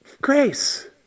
grace